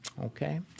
Okay